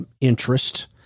interest